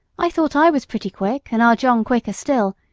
i thought i was pretty quick, and our john quicker still,